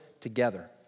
together